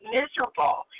miserable